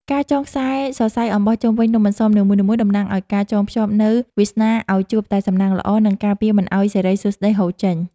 ការចងខ្សែសរសៃអំបោះជុំវិញនំអន្សមនីមួយៗតំណាងឱ្យការចងភ្ជាប់នូវវាសនាឱ្យជួបតែសំណាងល្អ និង ការពារមិនឱ្យសិរីសួស្ដីហូរចេញ។